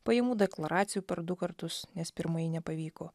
pajamų deklaracijų per du kartus nes pirmąjį nepavyko